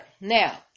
Now